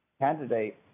candidate